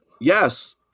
Yes